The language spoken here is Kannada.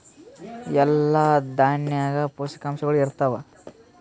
ಎಲ್ಲಾ ದಾಣ್ಯಾಗ ಪೋಷಕಾಂಶಗಳು ಇರತ್ತಾವ?